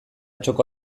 txoko